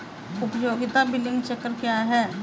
उपयोगिता बिलिंग चक्र क्या है?